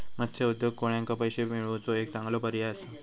मत्स्य उद्योग कोळ्यांका पैशे मिळवुचो एक चांगलो पर्याय असा